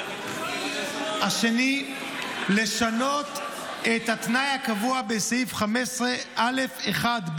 השני, לשנות את התנאי הקבוע בסעיף 15א(1)(ב),